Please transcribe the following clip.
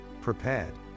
prepared